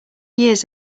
years